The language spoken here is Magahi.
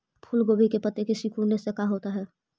फूल गोभी के पत्ते के सिकुड़ने से का होता है?